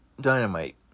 Dynamite